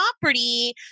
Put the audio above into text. property